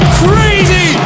crazy